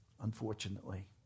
unfortunately